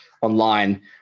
online